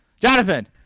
Jonathan